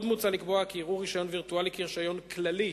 עוד מוצע לקבוע כי יראו רשיון וירטואלי כרשיון כללי,